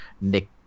nick